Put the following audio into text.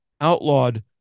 outlawed